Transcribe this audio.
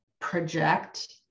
project